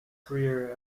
career